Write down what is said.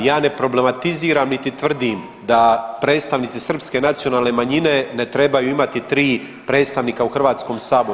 Ja ne problematiziram niti tvrdim da predstavnici srpske nacionalne manjine ne trebaju imati 3 predstavnika u Hrvatskom saboru.